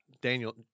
Daniel